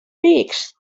beaks